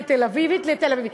כתל-אביבית לתל-אביבית,